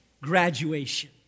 graduation